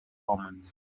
omens